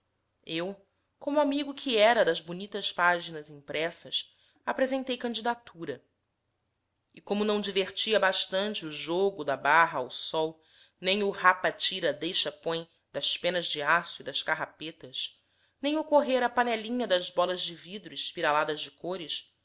eu como amigo que era das bonitas páginas impressas apresentei candidatura e como não divertia bastante o jogo da barra ao sol nem o rapa tira deixa põe das penas de aço e das carrapetas nem o correr à panelinha das bolas de vidro espiraladas de cores